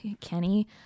Kenny